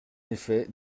effet